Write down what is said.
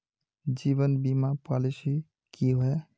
जीवन बीमा पॉलिसी की होय?